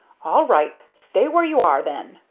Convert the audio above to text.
all right stay where you are then!